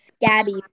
Gabby